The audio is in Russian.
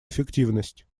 эффективность